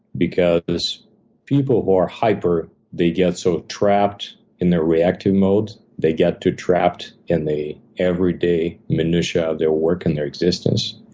because people who are hyper, they get so trapped in their reactive modes. they get too trapped in the every day minutiae of their work and their existence,